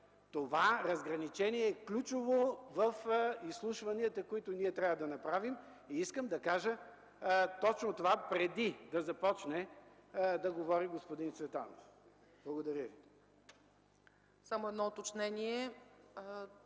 Това разграничение е ключово в изслушванията, които ние трябва да направим. Искам да кажа това точно преди да започне да говори господин Цветанов. Благодаря. ПРЕДСЕДАТЕЛ